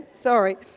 Sorry